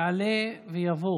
יעלה ויבוא